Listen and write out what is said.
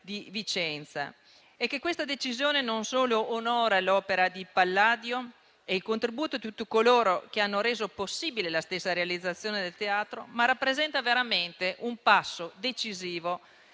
di Vicenza. Questa decisione non solo onora l'opera di Palladio e il contributo di tutti coloro che hanno reso possibile la stessa realizzazione del teatro, ma rappresenta veramente un passo decisivo